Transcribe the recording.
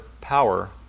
power